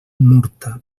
murta